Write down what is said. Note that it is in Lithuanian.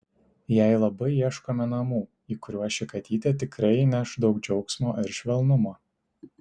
jai labai ieškome namų į kuriuos ši katytė tikrai įneš daug džiaugsmo ir švelnumo